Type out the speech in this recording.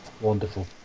Wonderful